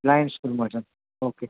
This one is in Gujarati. લાયન્સ સ્કૂલમાં છો ઓકે